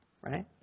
right